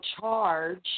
charge